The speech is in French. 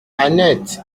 annette